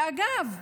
ואגב,